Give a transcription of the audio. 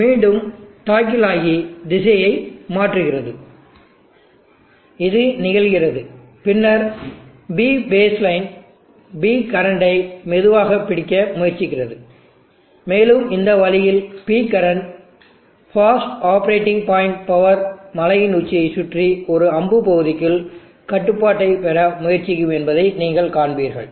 மீண்டும் டாக்கில்ஸ் ஆகி திசையை மாற்றுகிறது இது நிகழ்கிறது பின்னர் P பேஸ்லைன் P கரண்டை மெதுவாகப் பிடிக்க முயற்சிக்கிறது மேலும் இந்த வழியில் P current fast operating point power மலையின் உச்சியைச் சுற்றி ஒரு அம்பு பகுதிக்குள் கட்டுப்பாட்டைப் பெற முயற்சிக்கும் என்பதை நீங்கள் காண்பீர்கள்